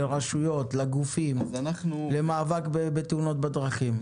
לרשויות ולגופים במאבק בתאונות הדרכים?